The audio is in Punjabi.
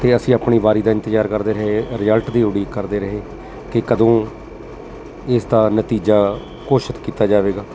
ਅਤੇ ਅਸੀਂ ਆਪਣੀ ਵਾਰੀ ਦਾ ਇੰਤਜ਼ਾਰ ਕਰਦੇ ਰਹੇ ਰਿਜ਼ਲਟ ਦੀ ਉਡੀਕ ਕਰਦੇ ਰਹੇ ਕਿ ਕਦੋਂ ਇਸ ਦਾ ਨਤੀਜਾ ਘੋਸ਼ਿਤ ਕੀਤਾ ਜਾਵੇਗਾ